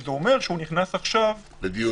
אלא זה אומר שהוא נכנס עכשיו לדיון.